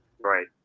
right